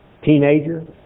Teenager